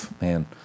Man